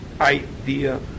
idea